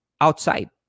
outside